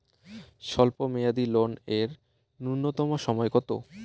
স্বল্প মেয়াদী লোন এর নূন্যতম সময় কতো?